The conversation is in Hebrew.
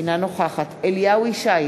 אינה נוכחת אליהו ישי,